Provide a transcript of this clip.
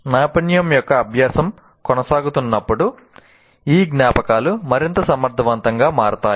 నైపుణ్యం యొక్క అభ్యాసం కొనసాగుతున్నప్పుడు ఈ జ్ఞాపకాలు మరింత సమర్థవంతంగా మారుతాయి